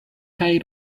kaj